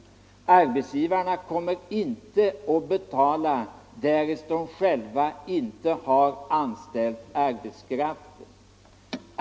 Arbetsgivarna kommer inte att betala, därest de själva inte har anställt arbetskraften.